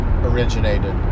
originated